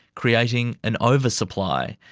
creating an oversupply.